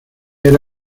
era